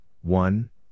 one